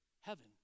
heaven